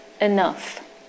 enough